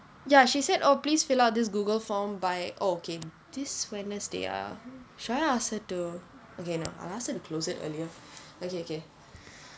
ya she said oh please fill out this google form by okay this wednesday ah should I ask her to okay no I'll ask her to close it earlier okay okay